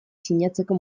sinatzeko